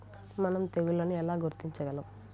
మనం తెగుళ్లను ఎలా గుర్తించగలం?